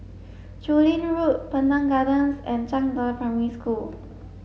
Chu Lin Road Pandan Gardens and Zhangde Primary School